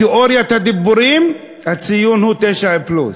בתיאוריית הדיבורים הציון הוא 9 פלוס.